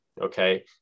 okay